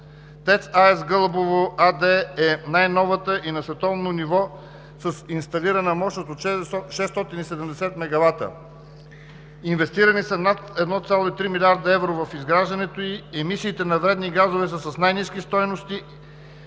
ТЕЦ „АЕS Гълъбово“ АД е най-новата и на световно ниво с инсталирана мощност от 670 мегавата. Инвестирани са над 1,3 млрд. евро в изграждането ѝ. Емисиите на вредни газове са с най ниски стойности.